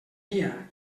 guia